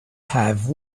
have